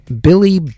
Billy